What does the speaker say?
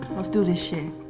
let's do this shit.